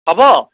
হ'ব